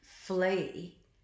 flee